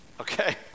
Okay